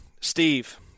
Steve